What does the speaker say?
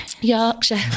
Yorkshire